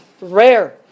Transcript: rare